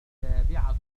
السابعة